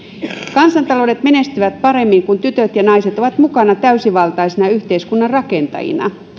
kansantaloudet menestyvät paremmin kun tytöt ja naiset ovat mukana täysivaltaisina yhteiskunnan rakentajina